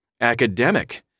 Academic